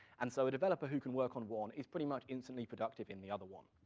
and so a developer who can work on one is pretty much instantly productive in the other one.